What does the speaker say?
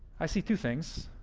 i see two things